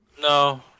No